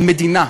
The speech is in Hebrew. על מדינה,